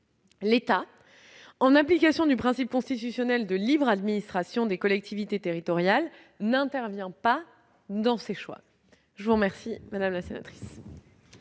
l'État, en application du principe constitutionnel de libre administration des collectivités territoriales, n'intervient pas dans ces choix. La parole est à Mme Corinne